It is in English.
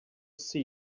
see